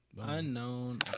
Unknown